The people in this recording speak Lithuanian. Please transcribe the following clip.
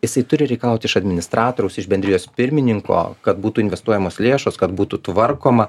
jisai turi reikalauti iš administratoriaus iš bendrijos pirmininko kad būtų investuojamos lėšos kad būtų tvarkoma